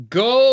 go